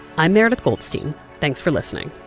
i'm meredith goldstein. thanks for listening